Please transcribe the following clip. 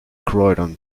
croydon